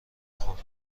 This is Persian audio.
خورد